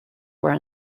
were